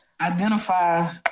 identify